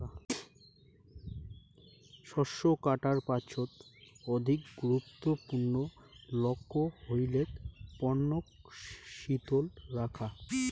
শস্য কাটার পাছত অধিক গুরুত্বপূর্ণ লক্ষ্য হইলেক পণ্যক শীতল রাখা